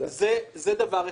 זה דבר אחד.